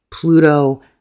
Pluto